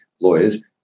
lawyers